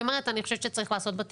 אומרת אני חושבת שצריך לעשות בה תיקונים.